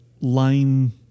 line